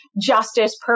justice